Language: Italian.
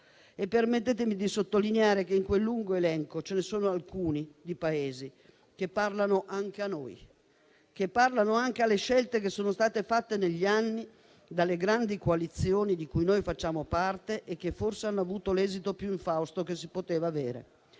Permettetemi di sottolineare che in quel lungo elenco ce ne sono alcuni di Paesi che parlano anche a noi, che parlano anche alle scelte che sono state fatte negli anni dalle grandi coalizioni di cui noi facciamo parte e che, forse, hanno avuto l'esito più infausto che si poteva avere.